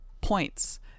points